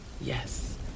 Yes